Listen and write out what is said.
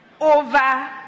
over